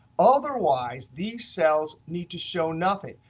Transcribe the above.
otherwise, these cells need to show nothing.